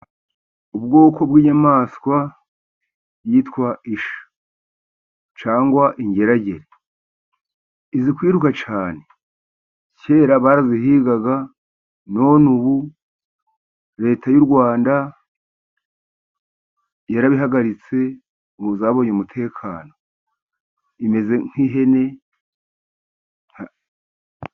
Ubwoko bw'inyamaswa yitwa ishya cyangwa ingerage, izi kwiruka cyane ,kera barazihigaga none ubu Leta y'u Rwanda yarabihagaritse ubu zabonye umutekano. Imeze nk'ihene.